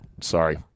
Sorry